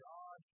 God